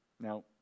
Now